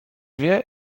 wie